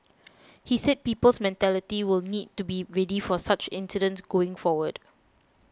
he said people's mentality will need to be ready for such incidents going forward